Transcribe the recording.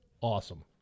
Awesome